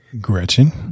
Gretchen